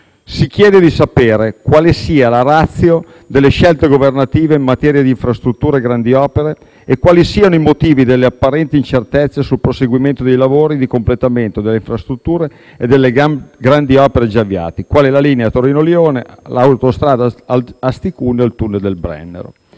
si chiede di sapere: quale sia la *ratio* delle scelte governative in materia di infrastrutture e grandi opere e quali siano i motivi delle apparenti incertezze sul proseguimento dei lavori di completamento delle infrastrutture e delle grandi opere già avviate, quali la linea ferroviaria Torino-Lione (TAV), l'autostrada Asti-Cuneo (A33), il *tunnel* del Brennero;